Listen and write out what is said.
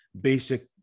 basic